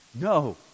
No